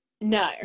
no